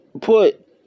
put